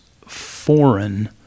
foreign